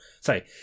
sorry